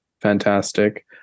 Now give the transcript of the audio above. fantastic